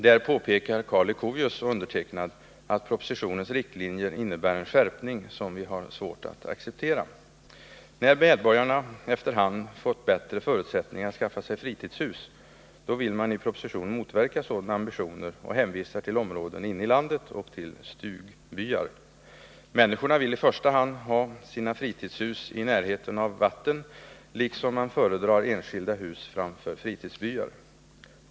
Där påpekar Karl Leuchovius och jag att propositionens riktlinjer innebär en skärpning som vi har svårt att acceptera. När medborgarna efter hand fått bättre förutsättningar att skaffa sig fritidshus, då vill man i propositionen motverka sådana ambitioner och hänvisar till områden inne i landet och till stugbyar. Människorna vill emellertid i första hand ha sina fritidshus i närheten av vatten, och man föredrar enskilda hus framför fritidsbyar.